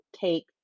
take